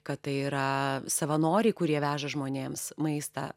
kad tai yra savanoriai kurie veža žmonėms maistą